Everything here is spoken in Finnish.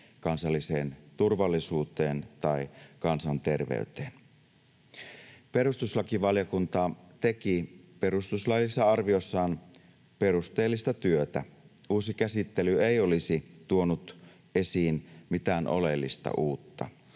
kansalliseen turvallisuuteen tai kansanterveyteen. Perustuslakivaliokunta teki perustuslaillisessa arviossaan perusteellista työtä. Uusi käsittely ei olisi tuonut esiin mitään oleellista uutta